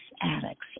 Addicts